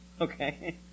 Okay